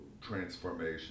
transformation